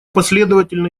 последовательно